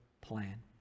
plan